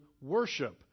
worship